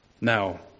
Now